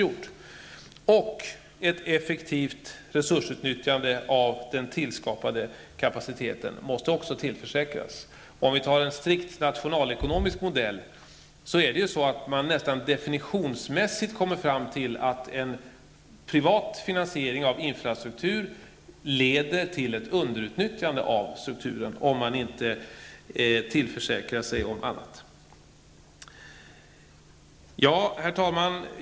Dessutom måste ett effektivt resursutnyttjande av den tillskapade kapaciteten tillförsäkras. Efter strikt nationalekonomisk modell kommer man nästan definitionsmässigt fram till att en privat finansiering av infrastrukturen leder till ett underutnyttjande av denna, om man inte tillförsäkrat sig annat. Herr talman!